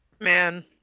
Man